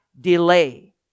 delay